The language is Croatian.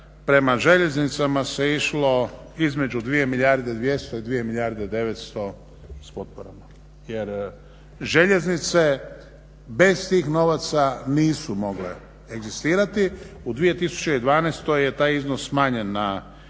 prema željeznicama se išlo između 2 milijarde 200 i dvije milijarde 900 s potporama jer željeznice bez tih novaca nisu mogle egzistirati. U 2012. je taj iznos smanjen na